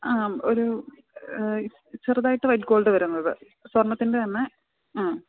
ആം ഒരു ഈ ചെറുതായിട്ട് വൈറ്റ് ഗോള്ഡ് വരുന്നത് സ്വര്ണ്ണത്തിന്റെ തന്നെ ആ